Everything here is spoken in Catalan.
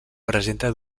presenta